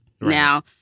Now